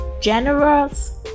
generous